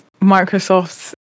Microsoft's